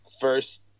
first